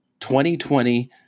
2020